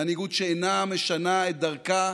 מנהיגות שאינה משנה את דרכה